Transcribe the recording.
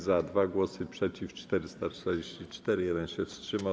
Za - 2 głosy, przeciw - 444, 1 się wstrzymał.